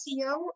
SEO